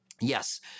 Yes